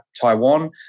Taiwan